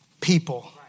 people